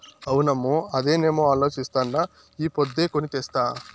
అవునమ్మో, అదేనేమో అలోచిస్తాండా ఈ పొద్దే కొని తెస్తా